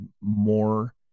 more